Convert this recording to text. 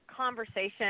conversation